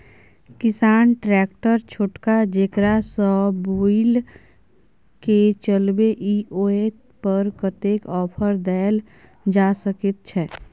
किसान ट्रैक्टर छोटका जेकरा सौ बुईल के चलबे इ ओय पर कतेक ऑफर दैल जा सकेत छै?